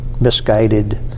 misguided